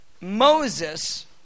Moses